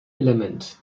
element